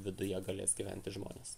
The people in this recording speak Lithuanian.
viduje galės gyventi žmonės